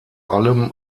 allem